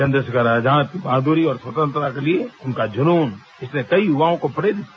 चंद्रशेखर की बहादुरी और स्वतंत्रता के लिए उनका जुनून जिसने कई यूवाओं को प्रेरित किया